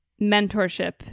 mentorship